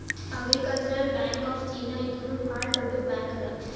agricultural Bank of China ಇದೂನು ಭಾಳ್ ದೊಡ್ಡುದ್ ಬ್ಯಾಂಕ್ ಅದಾ